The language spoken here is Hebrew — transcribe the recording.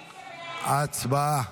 הצבעה.